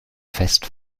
fest